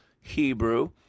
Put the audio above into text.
Hebrew